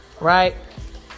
right